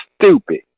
stupid